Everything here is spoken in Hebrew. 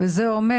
זה אומר